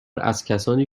ازکسانی